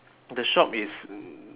the shop is